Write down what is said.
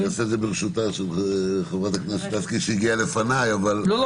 אדוני היושב-ראש, את כל מה שאני הולך לומר